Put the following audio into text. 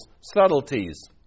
subtleties